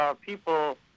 people